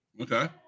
okay